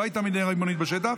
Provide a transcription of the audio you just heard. לא הייתה מדינה ריבונית בשטח.